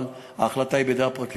אבל ההחלטה היא בידי הפרקליטות,